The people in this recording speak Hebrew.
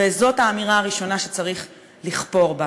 וזאת האמירה הראשונה שצריך לכפור בה,